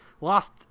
lost